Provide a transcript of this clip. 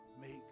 make